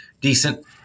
Decent